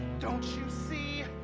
don't you see?